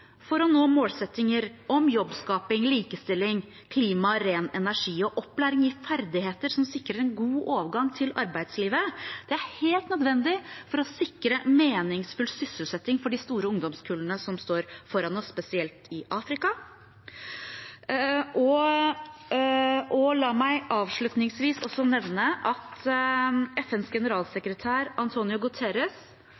for å nå målsettinger om jobbskaping, likestilling, klima, ren energi og opplæring i ferdigheter som sikrer en god overgang til arbeidslivet. Det er helt nødvendig for å sikre meningsfull sysselsetting for de store ungdomskullene som står foran oss, spesielt i Afrika. La meg avslutningsvis også nevne at FNs